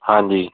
ਹਾਂਜੀ